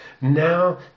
Now